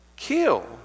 kill